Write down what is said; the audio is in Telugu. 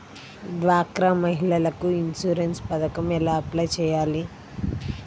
డ్వాక్రా మహిళలకు ఇన్సూరెన్స్ పథకం ఎలా అప్లై చెయ్యాలి?